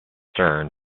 stern